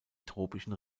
tropischen